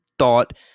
thought